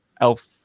elf